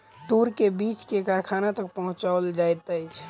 तूर के बीछ के कारखाना तक पहुचौल जाइत अछि